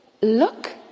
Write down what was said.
look